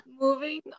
Moving